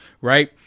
Right